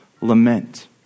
lament